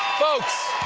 folks,